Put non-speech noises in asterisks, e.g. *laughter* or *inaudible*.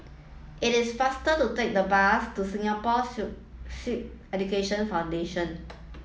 it is faster to take the bus to Singapore *unintelligible* Sikh Education Foundation